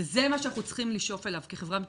וזה מה שאנחנו צריכים לשאוף אליו כחברה מתוקנת.